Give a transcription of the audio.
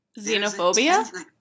Xenophobia